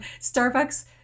Starbucks